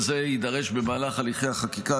וזה יידרש במהלך הליכי החקיקה,